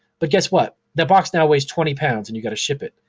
but guess what? that box now weighs twenty pounds and you've gotta ship it.